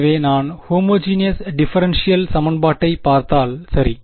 எனவே நான் homogeneous differential சமன்பாட்டைப் பார்த்தால் சரி